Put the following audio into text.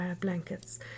blankets